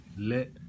Let